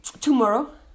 tomorrow